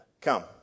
Come